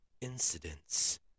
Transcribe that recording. incidents